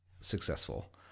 successful